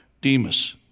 Demas